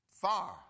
Far